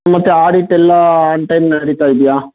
ಮತ್ತು ಆಡಿಟ್ ಎಲ್ಲ on time ನಡೀತಾ ಇದೆಯಾ